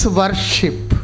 worship